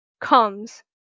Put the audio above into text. comes